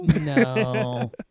No